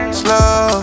slow